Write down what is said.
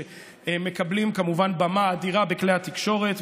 שמקבלים כמובן במה אדירה בכלי התקשורת,